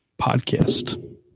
podcast